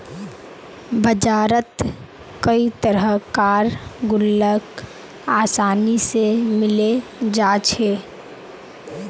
बजारत कई तरह कार गुल्लक आसानी से मिले जा छे